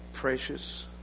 precious